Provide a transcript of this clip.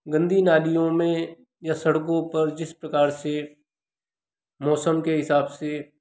गंदी नालियों में या सड़कों पर जिस प्रकार से मौसम के हिसाब से